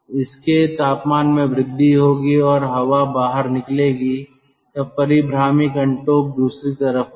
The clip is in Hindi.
इसके तापमान में वृद्धि होगी और हवा बाहर निकलेगी तब परीभ्रामी या रोटरी कनटोप या हुड दूसरी तरफ होगा